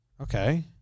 okay